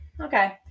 okay